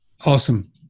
Awesome